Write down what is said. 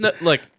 Look